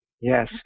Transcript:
Yes